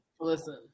Listen